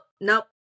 nope